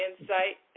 insight